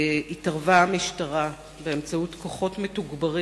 התערבה המשטרה, באמצעות כוחות מתוגברים